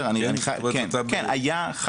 כן, היה.